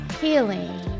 healing